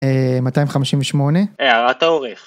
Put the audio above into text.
‫258. ‫-הערת העורך.